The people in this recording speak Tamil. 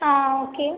ஆ ஓகே